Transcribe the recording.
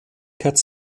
cat